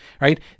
Right